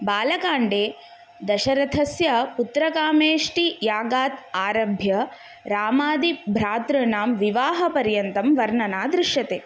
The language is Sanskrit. बालकाण्डे दशरथस्य पुत्रकामेष्टियागाद् आरभ्य रामादिभ्रातॄणां विवाहपर्यन्तं वर्णना दृश्यते